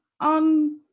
on